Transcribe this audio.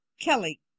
Kelly